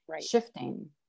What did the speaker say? shifting